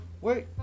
wait